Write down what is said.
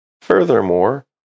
Furthermore